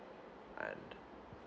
and